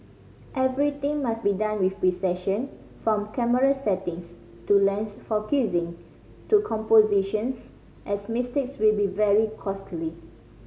everything must be done with precision from camera settings to lens focusing to compositions as mistakes will be very costly